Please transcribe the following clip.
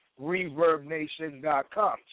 ReverbNation.com